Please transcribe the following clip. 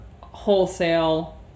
wholesale